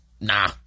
Nah